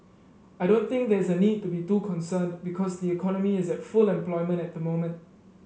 I don't think there's a need to be too concerned because the economy is at full employment at the moment